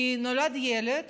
כי כשנולד ילד